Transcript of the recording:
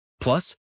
Plus